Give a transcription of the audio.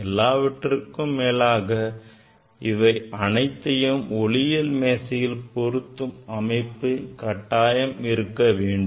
எல்லாவற்றுக்கும் மேலாக இவை அனைத்தையும் ஒளியியல் மேசையில் பொருத்தும் அமைப்பு கட்டாயம் இருக்க வேண்டும்